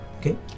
Okay